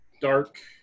dark